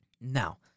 Now